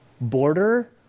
border